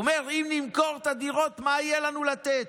והוא אומר: אם נמכור את הדירות, מה יהיה לנו לתת?